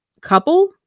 couple